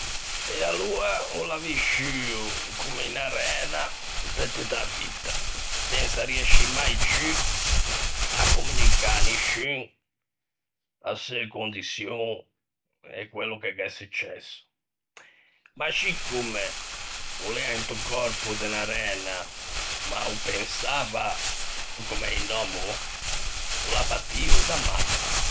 E aloa o l'à visciuo comme unna ræna pe tutta a vitta, sensa riescî mai ciù à communicâ à nisciun a seu condiçion e quello che gh'é successo, ma scicomme o l'ea into còrpo de unna ræna ma o pensava comme un òmmo, o l'à patio da matti.